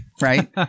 right